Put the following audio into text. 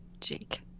Jake